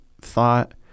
thought